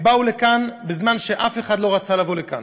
הן באו לכאן בזמן שאף אחד לא רצה לבוא לכאן,